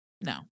No